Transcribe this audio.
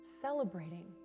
celebrating